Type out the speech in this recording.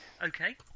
Okay